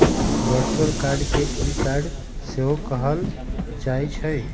virtual card के e card सेहो कहल जाइ छइ